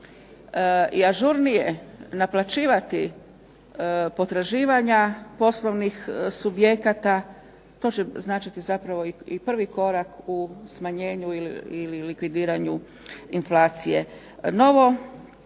i ažurnije naplaćivati potraživanja poslovnih subjekata to će značiti zapravo i prvi korak u smanjenju ili likvidiranju inflacije. Novo